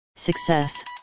success